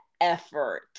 effort